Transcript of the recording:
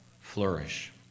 flourish